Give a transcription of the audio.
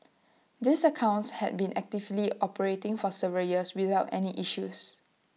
these accounts had been actively operating for several years without any issues